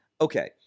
okay